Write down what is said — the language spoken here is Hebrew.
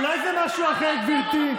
אולי זה משהו אחר, גברתי?